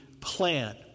plan